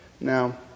Now